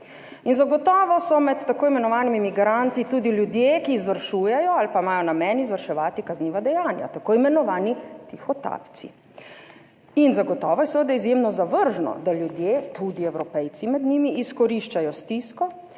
In zagotovo so med tako imenovani migranti tudi ljudje, ki izvršujejo ali pa imajo namen izvrševati kazniva dejanja, tako imenovani tihotapci in zagotovo je seveda izjemno zavržno, da ljudje, tudi Evropejci med njimi, izkoriščajo stisko